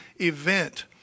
event